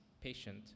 patient